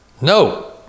No